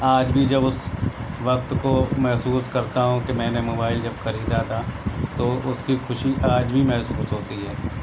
آج بھی جب اس وقت کو محسوس کرتا ہوں کہ میں نے موبائل جب خریدا تھا تو اس کی خوشی آج بھی محسوس ہوتی ہے